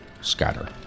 Scatter